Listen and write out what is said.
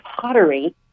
pottery